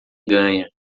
ganha